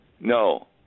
No